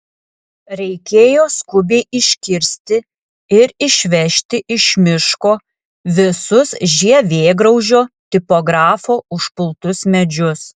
reikėjo skubiai iškirsti ir išvežti iš miško visus žievėgraužio tipografo užpultus medžius